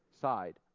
side